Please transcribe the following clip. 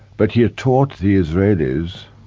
but he had taught the israelis